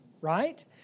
right